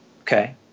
Okay